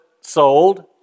sold